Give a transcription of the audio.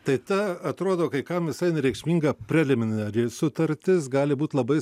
tai ta atrodo kai kam visai nereikšminga preliminari sutartis gali būt labai